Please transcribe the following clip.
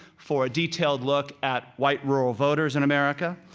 for a detailed look at white rural voters in america.